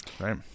right